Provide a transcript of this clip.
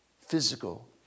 physical